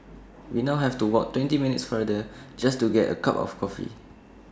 we now have to walk twenty minutes farther just to get A cup of coffee